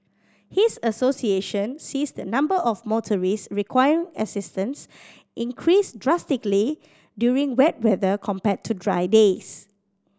his association sees the number of motorists requiring assistance increase drastically during wet weather compared to dry days